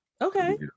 Okay